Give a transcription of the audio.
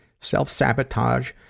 self-sabotage